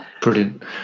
Brilliant